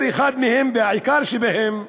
אחד מהם, והעיקרי שבהם,